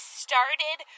started